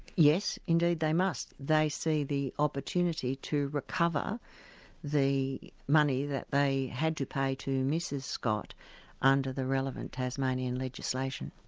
yes, indeed they must. they see the opportunity to recover the money that they had to pay to mrs scott under the relevant tasmanian legislation.